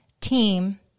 team